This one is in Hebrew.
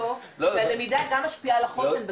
הלמידה גם משפיעה על החוסן,